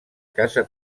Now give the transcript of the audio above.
casa